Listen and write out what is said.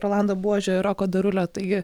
rolando buožio ir roko darulio taigi